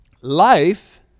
life